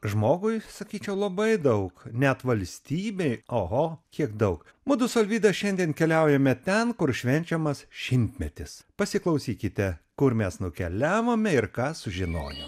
žmogui sakyčiau labai daug net valstybei oho kiek daug mudu su arvyda šiandien keliaujame ten kur švenčiamas šimtmetis pasiklausykite kur mes nukeliavome ir ką sužinojom